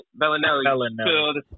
Bellinelli